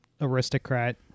aristocrat